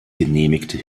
genehmigte